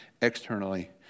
externally